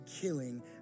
killing